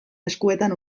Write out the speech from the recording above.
eskuetan